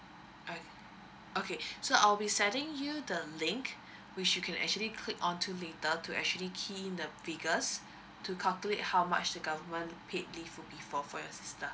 okay okay so I'll be sending you the link which you can actually click on to later to actually key in the figures to calculate how much the government paid leave will be for for your sister